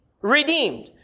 redeemed